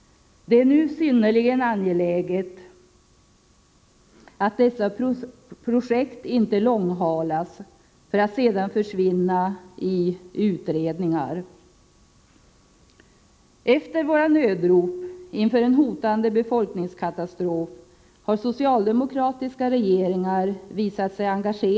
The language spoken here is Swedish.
Det är nu synnerligen angeläget att dessa projekt inte långhalas för att sedan försvinna i utredningar. Efter våra nödrop inför en hotande befolkningskatastrof har socialdemokratiska regeringar visat sig engagerade.